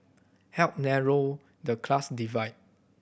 help narrow the class divide